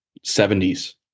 70s